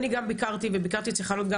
אני גם ביקרתי וביקרתי צריך להגיד גם